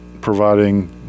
providing